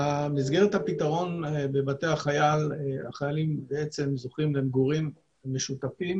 במסגרת הפתרון בבתי החייל החיילים בעצם זוכים למגורים משותפים